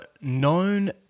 known